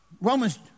Romans